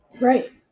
Right